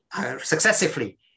successively